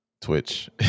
Twitch